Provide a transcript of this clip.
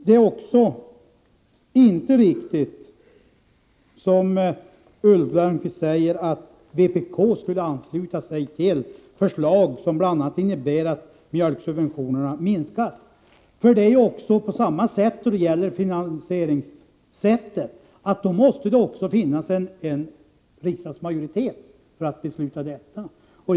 Det är inte riktigt, som Ulf Lönnqvist säger, att vpk skulle ha anslutit sig till förslag som bl.a. innebär att mjölksubventionerna minskas. Det är här på samma sätt som då det gäller finansieringssättet, nämligen att det måste finnas en riksdagsmajoritet för att fatta ett beslut om detta.